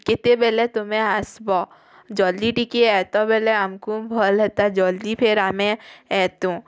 କେତେବେଲେ ତମେ ଆସ୍ବ ଜଲ୍ଦି ଟିକେ ଏତେବେଲେ ଆମ୍କୁ ଭଲ୍ ହେତା ଜଲ୍ଦି ଫେର୍ ଆମେ ଏତୁ